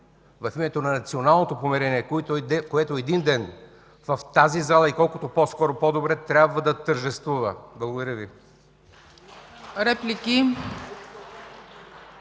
в името на националното помирение, което един ден в тази зала – и колкото по-скоро, по-добре, трябва да тържествува. Благодаря Ви.